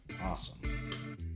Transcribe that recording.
awesome